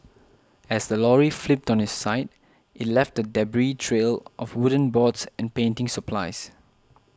as the lorry flipped on its side it left a debris trail of wooden boards and painting supplies